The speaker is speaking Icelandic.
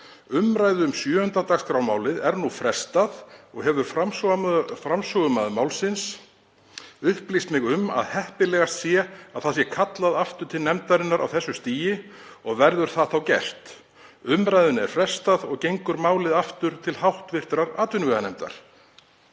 „Umræðu um 7. dagskrármálið er nú frestað og hefur framsögumaður málsins upplýst mig um að heppilegast sé að það sé kallað aftur til nefndarinnar á þessu stigi og verður það þá gert. Umræðunni er frestað og málið gengur aftur til hv. atvinnuveganefndar.“